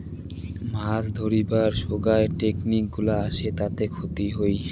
মাছ ধরিবার সোগায় টেকনিক গুলা আসে তাতে ক্ষতি হই